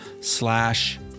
slash